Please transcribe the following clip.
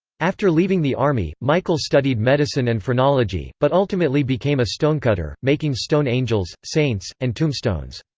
after leaving the army, michael studied medicine and phrenology, but ultimately became a stonecutter, making stone angels, saints, and tombstones.